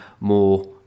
more